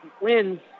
wins